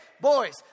boys